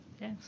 Yes